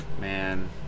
man